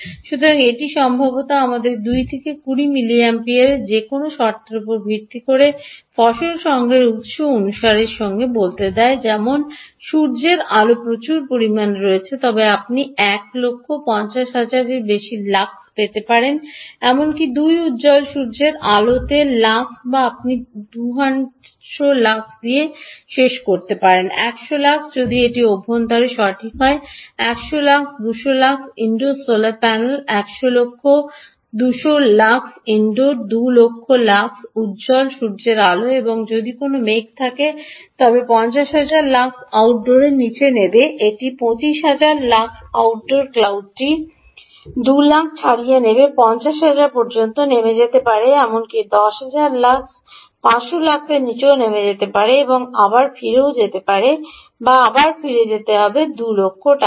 সুতরাং এটি সম্ভবত আমাদের 2 থেকে 20 মিলিএমিপিয়ারগুলি যে কোনও শর্তের উপর ভিত্তি করে ফসল সংগ্রহের উত্স অনুসারে বলতে দেয় যেমন সূর্যের আলো প্রচুর পরিমাণে রয়েছে তবে আপনি 1 লক্ষ 50000 এরও বেশি লাক্স পেতে পারেন এমনকি 2 উজ্জ্বল সূর্যের আলোতে লাক্স বা আপনি 200 লাক্স দিয়ে শেষ করতে পারেন 100 লাক্স যদি এটি অভ্যন্তরে সঠিক হয় 100 lux 200 lux indoor solar panel 100 lakh 200 lux indoor 2 লক্ষ লাক্স উজ্জ্বল সূর্যের আলো এবং যদি কোনও মেঘ থাকে তবে 5০০০০ লাক্স আউটডোরের নিচে নেমে এটি 25০০০ লাক্স আউটডোর ক্লাউডটি 2 লাখ ছাড়িয়ে নেমে 5০০০০ পর্যন্ত নেমে যেতে পারে এমনকি 1০০০০ লাক্স 5০০ লাক্সের নীচেও নেমে যেতে পারে এবং আবার ফিরে যেতে হবে এবং আবার ফিরে যেতে হবে 2 লক্ষ টাকা